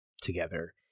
together